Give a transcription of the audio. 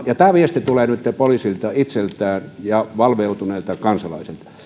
ja tämä viesti tulee nyt poliisilta itseltään ja valveutuneilta kansalaisilta että